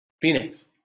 Phoenix